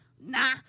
Nah